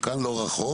כאן לא רחוק,